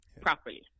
properly